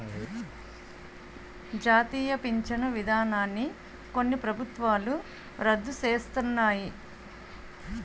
జాతీయ పించను విధానాన్ని కొన్ని ప్రభుత్వాలు రద్దు సేస్తన్నాయి